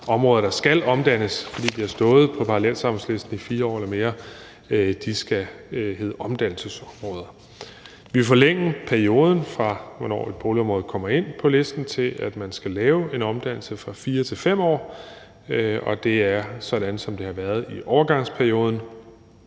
områder, der skal omdannes, fordi de har stået på parallelsamfundslisten i 4 år eller mere, skal hedde omdannelsesområder. Vi vil forlænge perioden, fra hvornår et boligområde kommer ind på listen, til at man skal lave en omdannelse, fra 4 til 5 år, og det er sådan, som det har været i overgangsperioden.